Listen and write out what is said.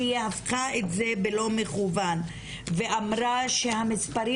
שהיא הפכה את זה לא במכוון ואמרה שהמספרים